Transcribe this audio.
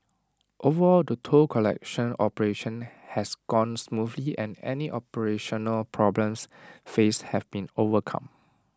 overall the toll collection operation has gone smoothly and any operational problems faced have been overcome